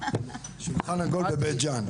שולחן עגול בבית ג'ן.